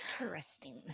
Interesting